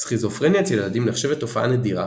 סכיזופרניה אצל ילדים נחשבת תופעה נדירה